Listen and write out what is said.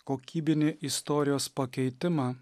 kokybinį istorijos pakeitimą